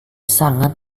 sangat